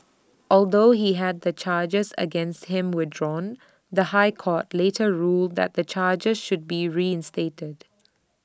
although he had the charges against him withdrawn the High Court later ruled that the charges should be reinstated